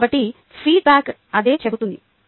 కాబట్టి ఫీడ్బ్యాక్ అదే చెబుతుంది